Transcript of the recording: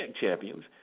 champions